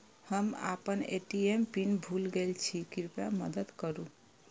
हम आपन ATM PIN भूल गईल छी, कृपया मदद करू